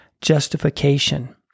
justification